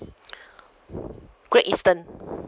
great eastern